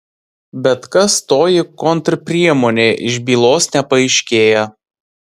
bet kas toji kontrpriemonė iš bylos nepaaiškėja